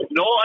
no